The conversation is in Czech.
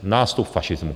Nástup fašismu!